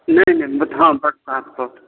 नहि नहि हँ बरसात